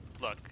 Look